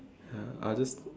ya others